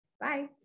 Bye